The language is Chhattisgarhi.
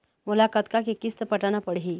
मोला कतका के किस्त पटाना पड़ही?